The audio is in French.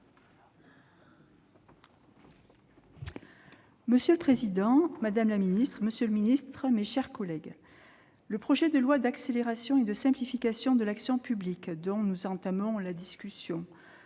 Monsieur le président, madame, monsieur les secrétaires d'État, mes chers collègues, le projet de loi d'accélération et de simplification de l'action publique dont nous entamons la discussion